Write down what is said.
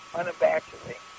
unabashedly